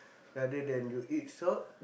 rather than you eat salt